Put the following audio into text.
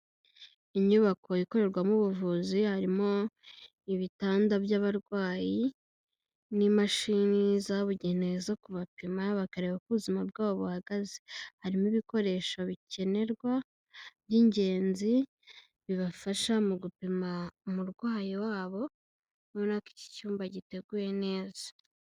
Inyubako ikorerwamo ubuvuzi harimo ibitanda by'abarwayi n'imashini zabugenewe zo kubapima bakareba uko ubuzima bwabo buhagaze, harimo ibikoresho bikenerwa by'ingenzi bibafasha mu gupima umurwayi wabo, ubona ko iki cyumba giteguye neza.